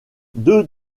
deux